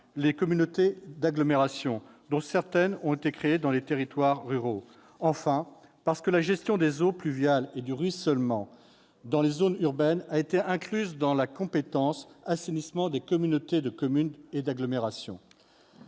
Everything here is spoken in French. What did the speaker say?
les communautés d'agglomération, dont certaines ont été créées dans des territoires ruraux. Enfin, la gestion des eaux pluviales et du ruissellement dans les zones urbaines a été incluse dans la compétence « assainissement » des communautés de communes et d'agglomération.